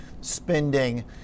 spending